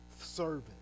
servant